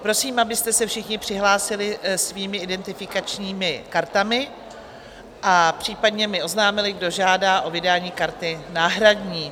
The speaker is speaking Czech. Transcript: Prosím, abyste se všichni přihlásili svými identifikačními kartami a případně mi oznámili, kdo žádá o vydání karty náhradní.